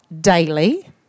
daily